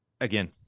again